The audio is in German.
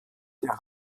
der